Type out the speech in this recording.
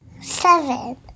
Seven